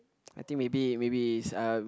I think maybe maybe is uh